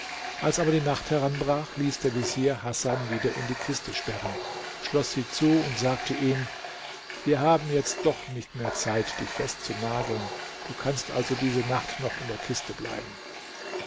als aber die nacht heranbrach ließ der vezier hasan wieder in die kiste sperren schloß sie zu und sagte ihm wir haben jetzt doch nicht mehr zeit dich festzunageln du kannst also diese nacht noch in der kiste bleiben